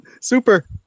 Super